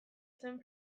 zen